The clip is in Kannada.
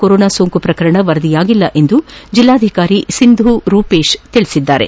ಕೊರೊನಾ ಸೋಂಕು ಪ್ರಕರಣ ವರದಿಯಾಗಿಲ್ಲ ಎಂದು ಜಿಲ್ಲಾಧಿಕಾರಿ ಸಿಂಧೂ ರೂಪೇಶ್ ತಿಳಿಸಿದ್ದಾರೆ